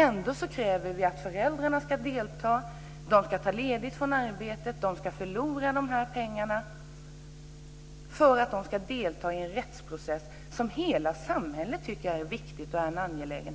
Ändå kräver vi att föräldrarna ska delta, de ska ta ledigt från arbetet, de ska förlora pengarna, för att de ska delta i en rättsprocess som hela samhället tycker är viktigt och angeläget.